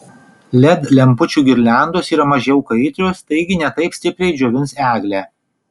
led lempučių girliandos yra mažiau kaitrios taigi ne taip stipriai džiovins eglę